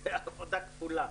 זו עבודה כפולה.